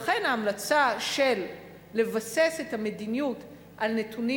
לכן ההמלצה לבסס את המדיניות על נתונים